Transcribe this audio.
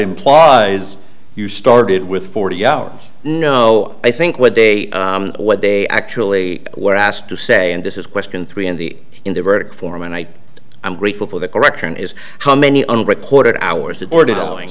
implies you started with forty hours no i think what they what they actually were asked to say and this is question three in the in the verdict form and i am grateful for the correction is how many unreported hours aborted owing